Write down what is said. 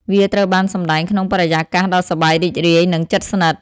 វាត្រូវបានសម្តែងក្នុងបរិយាកាសដ៏សប្បាយរីករាយនិងជិតស្និទ្ធ។